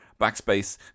backspace